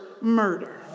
murder